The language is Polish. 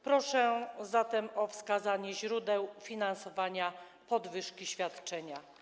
Proszę zatem o wskazanie źródeł finansowania podwyżki świadczenia.